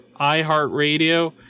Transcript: iHeartRadio